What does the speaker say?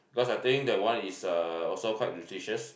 cause I think that one is uh also quite nutritious